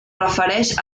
refereix